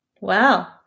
Wow